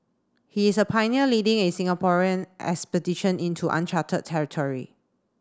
he is a pioneer leading a Singaporean expedition into uncharted territory